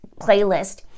playlist